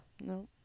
No